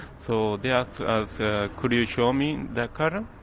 so they asked us, could you show me that cutter?